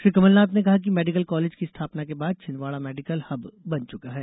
श्री कमलनाथ ने कहा कि मेडिकल कॉलेज की स्थापना के बाद छिन्दवाड़ा मेडिकल हब बन चुका है